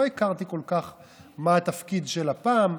לא הכרתי כל כך מה התפקיד של לפ"מ,